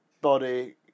body